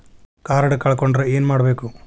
Card ಕಳ್ಕೊಂಡ್ರ ಏನ್ ಮಾಡಬೇಕು?